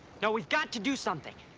no, we've got to do something!